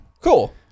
Cool